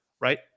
right